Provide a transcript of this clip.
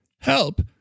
Help